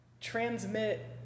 transmit